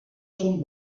som